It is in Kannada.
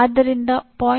ಆದ್ದರಿಂದ 0